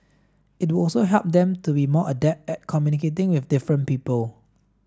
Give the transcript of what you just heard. it would also help them be more adept at communicating with different people